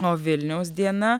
o vilniaus diena